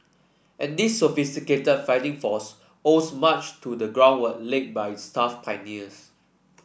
and this sophisticated fighting force owes much to the groundwork laid by its tough pioneers